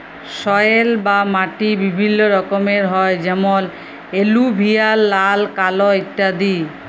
soil বা মাটি বিভিল্য রকমের হ্যয় যেমন এলুভিয়াল, লাল, কাল ইত্যাদি